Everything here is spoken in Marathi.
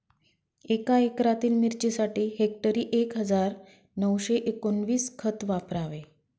एका एकरातील मिरचीसाठी हेक्टरी एक हजार नऊशे एकोणवीस खत वापरावे